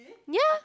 yea